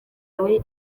muri